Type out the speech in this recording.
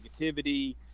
negativity